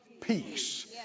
peace